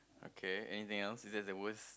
okay anything else is that the worst